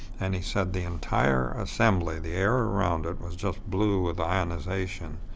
and he said the entire assembly, the air around it, was just blue with ionization.